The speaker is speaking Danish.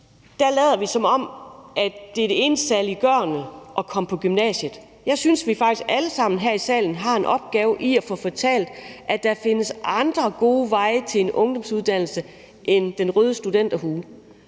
nu lader, som om det eneste saliggørende er at komme på gymnasiet. Jeg synes, at vi faktisk alle sammen her i salen har en opgave i at få fortalt, at der findes andre gode veje til en ungdomsuddannelse end den røde studenterhue.